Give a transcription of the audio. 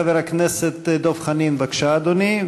חבר הכנסת דב חנין, בבקשה, אדוני.